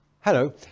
Hello